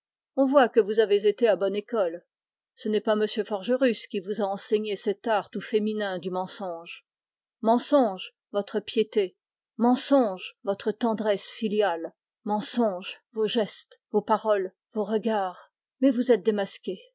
on voit que vous avez été à bonne école ce n'est pas m forgerus qui vous a enseigné cet art tout féminin du mensonge mensonge votre piété mensonge votre tendresse filiale mais vous êtes démasqué